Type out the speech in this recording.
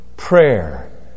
Prayer